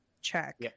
check